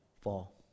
fall